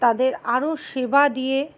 তাদের আরও সেবা দিয়ে